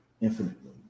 infinitely